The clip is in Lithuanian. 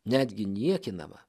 netgi niekinama